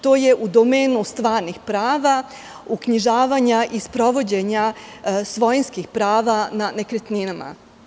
To je u domenu stvarnih prava, uknjižavanja i sprovođenja svojinskih prava na nekretninama.